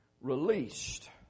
released